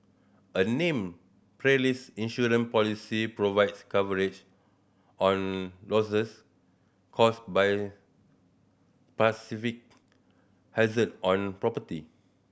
a named perils insurance policy provides coverage on losses caused by hazard on property